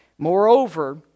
Moreover